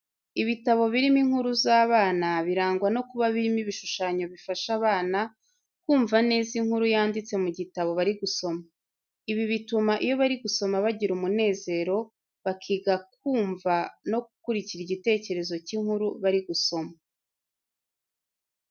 Ibitabo birimo inkuru z'abana birangwa no kuba birimo ibishushanyo bifasha abana kumva neza inkuru yanditse mu gitabo bari gusoma. Ibi bituma iyo bari gusoma bagira umunezero, bakiga kumva inkuru no gukurikira igitekerezo cy’inkuru bari gusoma.